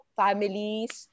families